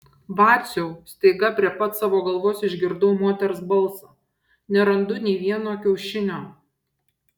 vaciau staiga prie pat savo galvos išgirdau moters balsą nerandu nė vieno kiaušinio